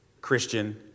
Christian